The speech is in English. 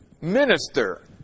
minister